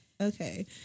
Okay